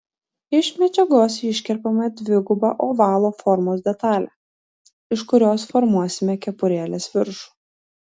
iš medžiagos iškerpame dvigubą ovalo formos detalę iš kurios formuosime kepurėlės viršų